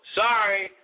sorry